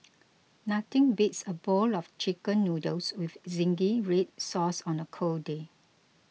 nothing beats a bowl of Chicken Noodles with Zingy Red Sauce on a cold day